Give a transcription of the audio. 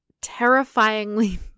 terrifyingly